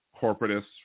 corporatist